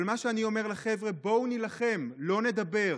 אבל מה שאני אומר לחבר'ה: בואו נילחם, לא נדבר.